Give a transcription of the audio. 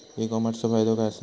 E कॉमर्सचो फायदो काय असा?